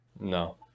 no